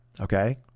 Okay